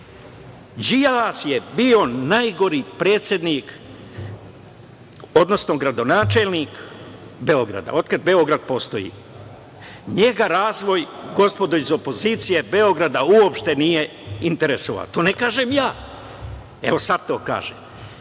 istinu. Đilas je bio najgori gradonačelnik Beograda od kada Beograd postoji. Njega razvoj, gospodo iz opozicije, Beograda uopšte nije interesovao. To ne kažem ja, evo sad to kažem.